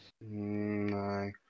No